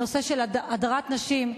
הנושא של הדרת נשים,